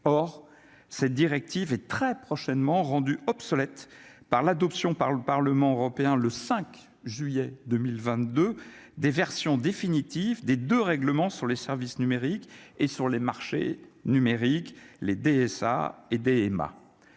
or cette directive est très prochainement rendue obsolète par l'adoption par le Parlement européen le 5 juillet 2022 des versions définitives des de règlement sur les services numériques et sur les marchés numériques, les DSA et DMA,